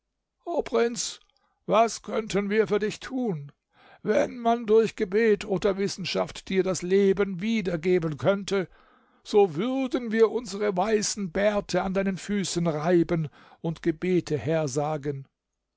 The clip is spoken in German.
prinz was können wir für dich tun wenn man durch gebet oder wissenschaft dir das leben wieder geben könnte so würden wir unsere weißen bärte an deinen füßen reiben und gebete hersagen